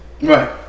Right